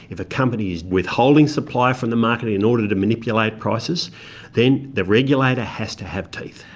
if a company is withholding supply from the market in order to manipulate prices then the regulator has to have teeth.